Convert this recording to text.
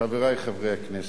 חברי חברי הכנסת,